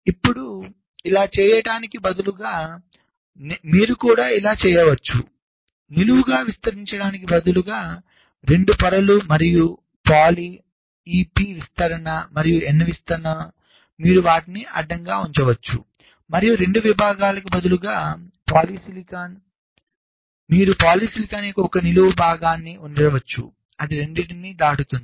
ఇప్పుడు ఇలా చేయటానికి బదులుగా మీరు కూడా ఇలా చేయవచ్చు నిలువుగా విస్తరించడానికి బదులుగా 2 పొరలు మరియు పాలీ ఈ p విస్తరణ మరియు n విస్తరణ మీరు వాటిని అడ్డంగా ఉంచవచ్చు మరియు 2 విభాగాలకు బదులుగా పాలిసిలికాన్ మీరు పాలిసిలికాన్ యొక్క ఒకే నిలువు విభాగాన్ని ఉంచవచ్చు అది రెండింటినీ దాటుతుంది